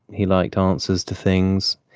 he liked answers to things.